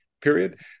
period